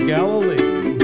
Galilee